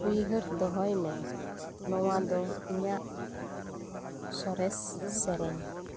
ᱩᱭᱦᱟᱹᱨ ᱫᱚᱦᱚᱭᱢᱮ ᱱᱚᱣᱟᱫᱚ ᱤᱧᱟᱹᱜ ᱥᱚᱨᱮᱥ ᱥᱮᱨᱮᱧ